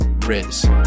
Riz